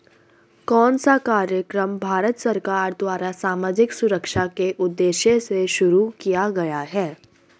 कौन सा कार्यक्रम भारत सरकार द्वारा सामाजिक सुरक्षा के उद्देश्य से शुरू किया गया है?